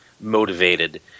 motivated